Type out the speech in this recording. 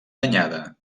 danyada